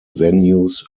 venues